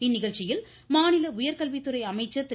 இந்நிகழ்ச்சியில் மாநில உயர்கல்வித்துறை அமைச்சர் திரு